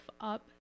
up